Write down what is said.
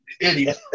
idiot